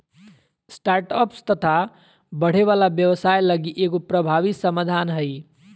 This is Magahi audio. स्टार्टअप्स तथा बढ़े वाला व्यवसाय लगी एगो प्रभावी समाधान हइ